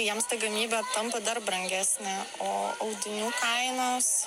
jiems ta gamyba tampa dar brangesnė o audinių kainos